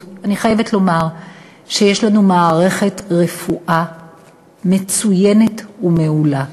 שיש לנו מערכת רפואה מצוינת ומעולה,